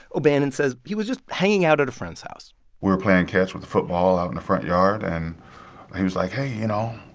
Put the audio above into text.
o'bannon says he was just hanging out at a friend's house we were playing catch with the football out in the front yard. and he was like, hey, you know,